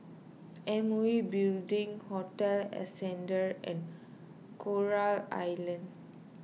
M O E Building Hotel Ascendere and Coral Island